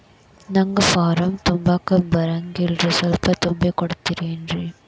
ನಂಗ ಫಾರಂ ತುಂಬಾಕ ಬರಂಗಿಲ್ರಿ ಸ್ವಲ್ಪ ತುಂಬಿ ಕೊಡ್ತಿರೇನ್ರಿ?